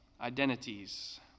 identities